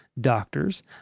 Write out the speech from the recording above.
doctors